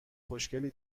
خوشگلی